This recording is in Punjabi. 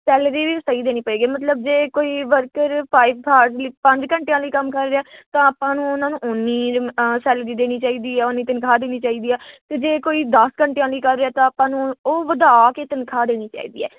ਸੈਲਰੀ ਵੀ ਸਹੀ ਦੇਣੀ ਪਏਗੀ ਮਤਲਬ ਜੇ ਕੋਈ ਵਰਕਰ ਫਾਈਵ ਹਾਰ ਪੰਜ ਘੰਟਿਆਂ ਲਈ ਕੰਮ ਕਰ ਰਿਹਾ ਤਾਂ ਆਪਾਂ ਨੂੰ ਉਹਨਾਂ ਨੂੰ ਓਨੀ ਅ ਸੈਲਰੀ ਦੇਣੀ ਚਾਹੀਦੀ ਆ ਓਨੀ ਤਨਖ਼ਾਹ ਦੇਣੀ ਚਾਹੀਦੀ ਆ ਅਤੇ ਜੇ ਕੋਈ ਦਸ ਘੰਟਿਆਂ ਲਈ ਕਰ ਰਿਹਾ ਤਾਂ ਆਪਾਂ ਨੂੰ ਉਹ ਵਧਾ ਕੇ ਤਨਖ਼ਾਹ ਦੇਣੀ ਚਾਹੀਦੀ ਹੈ